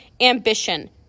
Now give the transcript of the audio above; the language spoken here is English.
ambition